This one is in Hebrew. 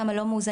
כמה לא מאוזנים,